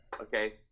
okay